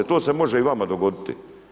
To se može i vama dogoditi.